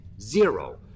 zero